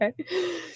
okay